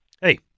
Hey